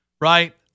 Right